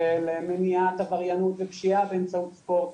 של מניעת עבריינות ופשיעה באמצעות ספורט,